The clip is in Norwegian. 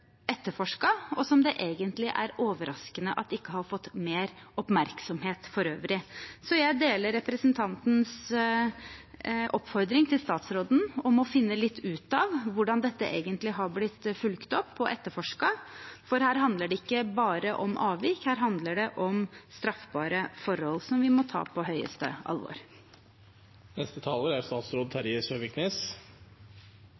og som det egentlig er overraskende at ikke har fått mer oppmerksomhet for øvrig. Så jeg deler representantens oppfordring til statsråden om å finne litt ut av hvordan dette egentlig har blitt fulgt opp og etterforsket, for her handler det ikke bare om avvik, her handler det om straffbare forhold som vi må ta på høyeste